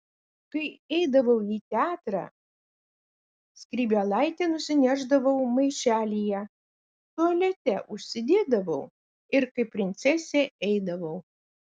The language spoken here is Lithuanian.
kai eidavau į teatrą skrybėlaitę nusinešdavau maišelyje tualete užsidėdavau ir kaip princesė eidavau